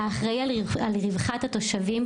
האחראי על רווחת התושבים,